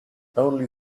only